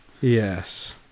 Yes